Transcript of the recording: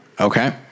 Okay